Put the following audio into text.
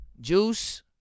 Juice